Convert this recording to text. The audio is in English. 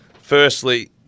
firstly